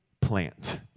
plant